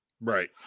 right